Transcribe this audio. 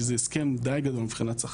שזה הסכם די גדול מבחינת שכר.